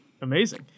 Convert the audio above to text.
Amazing